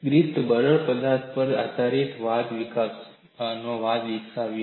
Griffith બરડ પદાર્થ પર આધારિત વાદ વિકસાવ્યો છે